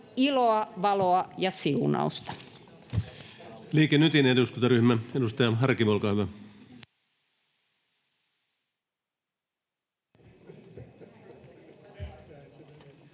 iloa, valoa ja siunausta.